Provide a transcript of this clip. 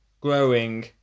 growing